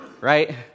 right